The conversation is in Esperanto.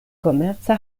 komerca